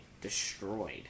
destroyed